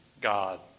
God